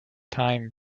time